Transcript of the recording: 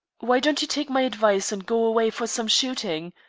why don't you take my advice, and go away for some shooting?